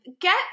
get